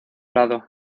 lado